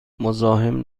مزاحم